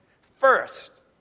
first